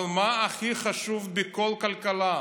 אבל מה הכי חשוב בכל כלכלה?